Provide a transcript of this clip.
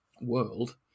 world